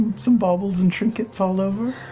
some baubles and trinkets all over.